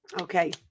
Okay